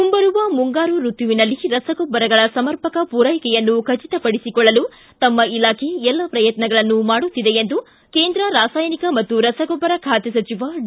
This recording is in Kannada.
ಮುಂಬರುವ ಮುಂಗಾರು ಋತುವಿನಲ್ಲಿ ರಸಗೊಬ್ಬರಗಳ ಸಮರ್ಪಕ ಪೂರೈಕೆಯನ್ನು ಖಚಿತಪಡಿಸಿಕೊಳ್ಳಲು ತಮ್ಮ ಇಲಾಖೆ ಎಲ್ಲ ಪ್ರಯತ್ನಗಳನ್ನು ಮಾಡುತ್ತಿದೆ ಎಂದು ಕೇಂದ್ರ ರಾಸಾಯನಿಕ ಮತ್ತು ರಸಗೊಬ್ಬರ ಖಾತೆ ಸಚಿವ ಡಿ